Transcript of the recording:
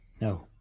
No